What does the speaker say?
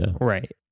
Right